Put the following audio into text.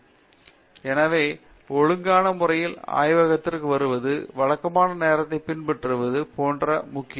பேராசிரியர் சத்யநாராயணன் என் கும்மாடி எனவே ஒழுங்கான முறையில் ஆய்வகத்திற்கு வருவது வழக்கமான நேரத்தை பின்பற்றுவது போன்றவை முக்கியம்